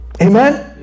Amen